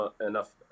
enough